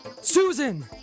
Susan